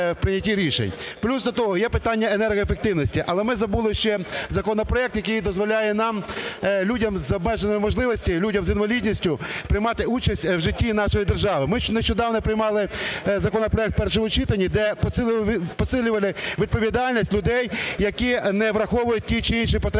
Плюс до того, є питання енергоефективності. Але ми забули ще законопроект, який дозволяє нам, людям з обмеженими можливостями, людям з інвалідністю приймати участь у житті нашої держави. Ми нещодавно приймали законопроект у першому читанні, де посилювали відповідальність людей, які не враховують ті чи інші потреби